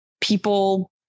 people